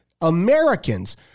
Americans